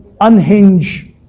unhinge